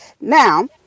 Now